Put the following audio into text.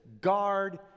guard